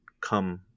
come